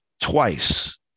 twice